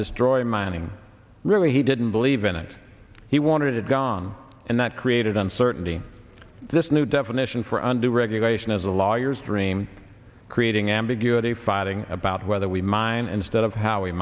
destroy mining really he didn't believe in it he wanted it gone and that created uncertainty this new definition for a new regulation is a lawyer's dream creating ambiguity fighting about whether we mine instead of how we